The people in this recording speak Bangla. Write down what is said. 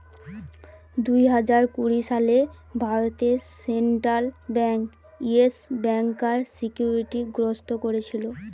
দুই হাজার কুড়ি সালে ভারতে সেন্ট্রাল বেঙ্ক ইয়েস ব্যাংকার সিকিউরিটি গ্রস্ত কোরেছিল